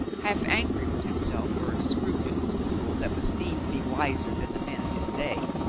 half angry with himself for a scrupulous fool that must needs be wiser than the men of his day,